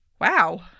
Wow